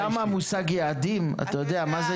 גם המושג יעדים, אתה יודע מה זה